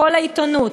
כל העיתונות,